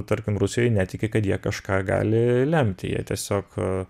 tarkim rusijoj netiki kad jie kažką gali lemti jie tiesiog